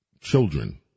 children